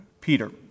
Peter